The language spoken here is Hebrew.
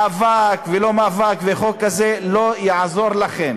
מאבק ולא מאבק וחוק כזה, לא יעזור לכם.